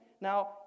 Now